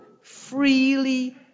freely